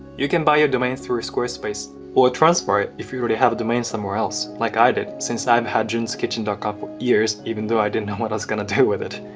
you can buy your domain through squarespace squarespace or transfer it if you already have a domain somewhere else, like i did since i've had junskitchen dot com for years even though i didn't know what i was going to do with it.